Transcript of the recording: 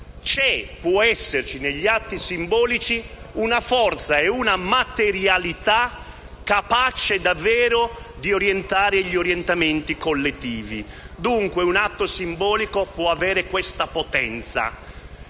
C'è, può esserci negli atti simbolici una forza e una materialità capaci davvero di indirizzare gli orientamenti collettivi. Dunque, un atto simbolico può avere questa potenza